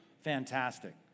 fantastic